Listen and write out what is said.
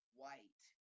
white